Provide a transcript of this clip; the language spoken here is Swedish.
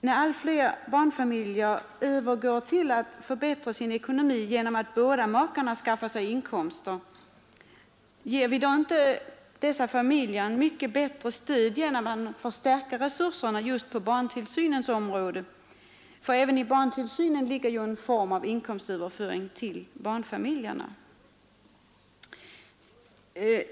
När allt fler barnfamiljer övergår till att förbättra sin ekonomi genom att båda makarna skaffar sig inkomster, ger vi dem då inte mycket bättre stöd genom att förstärka resurserna på barntillsynens område? Även i barntillsynen ligger ju en form av inkomstöverföring till barnfamiljerna.